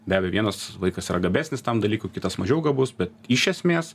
be abejo vienas vaikas yra gabesnis tam dalykui kitas mažiau gabus bet iš esmės